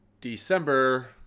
December